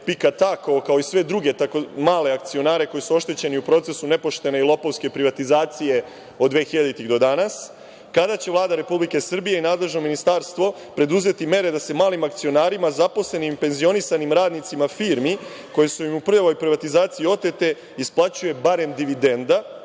PIK Takovo, kao i sve druge tako male akcionare koji su oštećeni u procesu nepoštene i lopovske privatizacije od 2000. do danas, kada će Vlada Republike Srbije i nadležno ministarstvo preduzeti mere da se malim akcionarima, zaposlenim i penzionisanim radnicima firmi, koje su im u prljavoj privatizaciji otete, isplaćuje barem dividenda